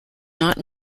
not